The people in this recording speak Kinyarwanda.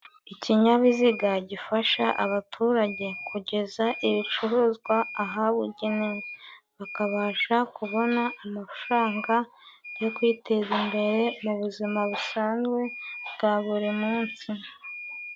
Ikinyabiziga gifasha abaturage kugeza ibicuruzwa ahabugenewe, bakabasha kubona amafaranga yo kwiteza imbere mu buzima busanzwe bwa buri munsi.